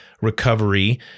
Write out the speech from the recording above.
recovery